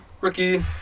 Rookie